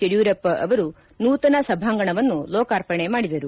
ಯಡಿಯೂರಪ್ಪ ಅವರು ನೂತನ ಸಭಾಂಗಣವನ್ನು ಲೋಕಾರ್ಪಣೆ ಮಾಡಿದರು